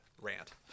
rant